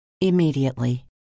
immediately